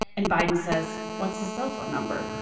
and biden says, what's his cell phone number?